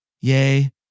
Yea